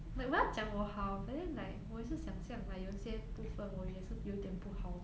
like 我要讲我好 but then like 我也是想像 like 有些部分我也是有一点不好